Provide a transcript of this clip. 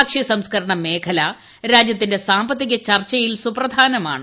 ഭക്ഷ്യ സംസ്ക്കരണ മേഖല രാജ്യത്തിന്റെ സാമ്പത്തിക ചർച്ചയിൽ സുപ്രധാനമാണ്